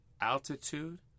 altitude